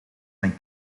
mijn